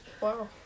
Wow